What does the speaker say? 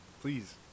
please